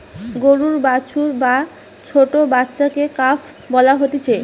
গরুর বাছুর বা ছোট্ট বাচ্চাকে কাফ বলা হতিছে